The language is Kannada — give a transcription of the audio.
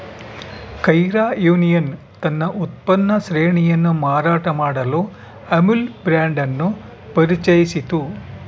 ಕೈರಾ ಯೂನಿಯನ್ ತನ್ನ ಉತ್ಪನ್ನ ಶ್ರೇಣಿಯನ್ನು ಮಾರಾಟ ಮಾಡಲು ಅಮುಲ್ ಬ್ರಾಂಡ್ ಅನ್ನು ಪರಿಚಯಿಸಿತು